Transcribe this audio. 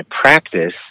practice